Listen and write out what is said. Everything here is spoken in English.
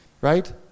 right